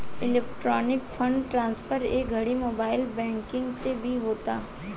electronic fund transfer ए घड़ी mobile banking से भी होता